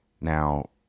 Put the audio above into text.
Now